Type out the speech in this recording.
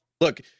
look